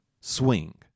swing